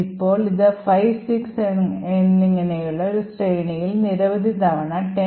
ഇപ്പോൾ ഇത് 5 6 എന്നിങ്ങനെയുള്ള ഒരു ശ്രേണിയിൽ നിരവധി തവണ 10